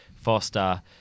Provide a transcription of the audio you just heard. Foster